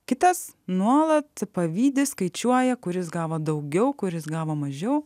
kitas nuolat pavydi skaičiuoja kuris gavo daugiau kuris gavo mažiau